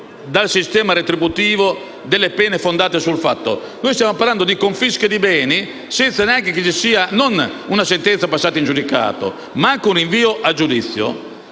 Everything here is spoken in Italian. dal sistema retributivo delle pene fondate sul fatto. Ebbene, qui stiamo parlando di confisca di beni senza che ci sia non una sentenza passata in giudicato, ma neanche un rinvio giudizio.